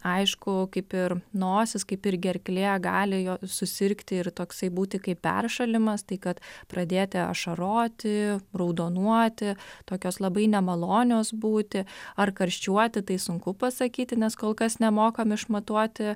aišku kaip ir nosis kaip ir gerklė gali jo susirgti ir toksai būti kaip peršalimas tai kad pradėti ašaroti raudonuoti tokios labai nemalonios būti ar karščiuoti tai sunku pasakyti nes kol kas nemokam išmatuoti